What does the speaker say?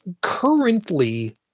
currently